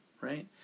right